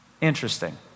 Interesting